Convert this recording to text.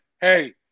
hey